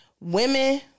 Women